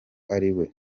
ariwe